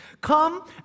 Come